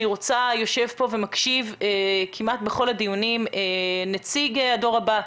ישוב כאן ומקשיב כמעט בכל הדיונים נציג הדור הבא,